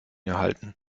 erhalten